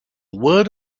word